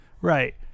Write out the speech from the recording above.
Right